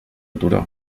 turó